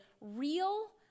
real